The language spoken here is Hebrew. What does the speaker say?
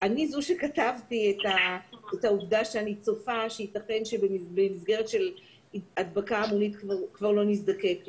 שאני כתבתי שאני צופה שייתכן שבמסגרת של הדבקה המונית כבר לא נזדקק לו.